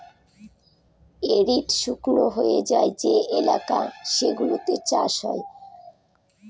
arid শুকনো হয়ে যায় যে এলাকা সেগুলোতে চাষ হয়